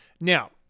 Now